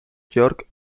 björk